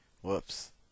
Whoops